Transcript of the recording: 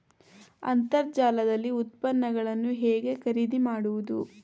ಅಂತರ್ಜಾಲದಲ್ಲಿ ಉತ್ಪನ್ನಗಳನ್ನು ಹೇಗೆ ಖರೀದಿ ಮಾಡುವುದು?